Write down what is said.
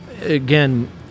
Again